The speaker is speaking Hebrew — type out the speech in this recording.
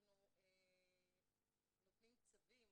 אנחנו נותנים צווים